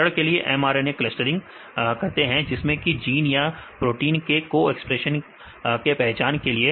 उदाहरण के लिए mRNA क्लस्टरिंग करते हैं किसी भी जीन या प्रोटीन के को एक्सप्रेशन के पहचान के लिए